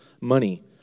money